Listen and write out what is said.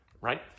right